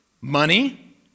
Money